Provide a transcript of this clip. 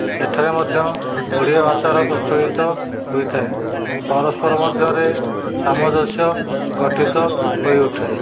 ସେଠାରେ ମଧ୍ୟ ଓଡ଼ିଆ ଭାଷାର ପ୍ରଚଳିତ ହୋଇଥାଏ ପରସ୍ପର ମଧ୍ୟରେ ସାମଞ୍ଜସ୍ୟ ଗଠିତ ହୋଇଉଠେ